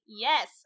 yes